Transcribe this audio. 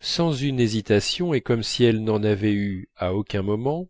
sans une hésitation et comme si elle n'en avait eue à aucun moment